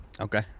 Okay